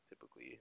typically